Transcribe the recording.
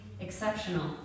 exceptional